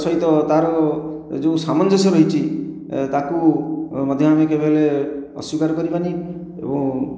ସହିତ ତା'ର ଯେଉଁ ସାମଞ୍ଜସ୍ୟ ରହିଛି ତାକୁ ମଧ୍ୟ ଆମେ କେବେ ହେଲେ ଅସ୍ଵୀକାର କରିବା ନାହିଁ ଏବଂ